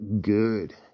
good